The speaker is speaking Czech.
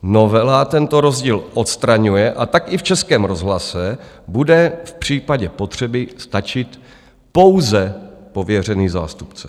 Novela tento rozdíl odstraňuje, a tak i v Českém rozhlase bude v případě potřeby stačit pouze pověřený zástupce.